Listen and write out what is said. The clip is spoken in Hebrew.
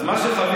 אז מה שחווינו,